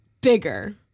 Bigger